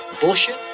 Bullshit